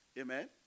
Amen